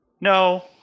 No